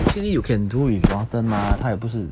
actually you can do with johnathan mah 他也不是